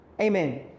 Amen